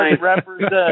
represent